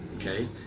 okay